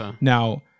Now